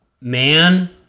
man